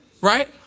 right